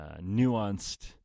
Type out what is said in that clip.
nuanced